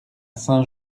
saint